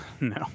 No